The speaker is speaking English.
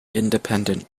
independent